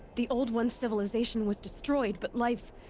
the old ones' civilization was destroyed, but life.